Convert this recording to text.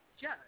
judge